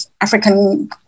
African